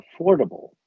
affordable